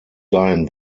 dahin